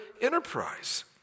enterprise